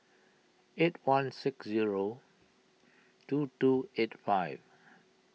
eight one six zero two two eight five